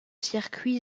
circuit